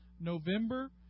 November